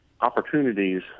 opportunities